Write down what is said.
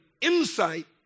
insight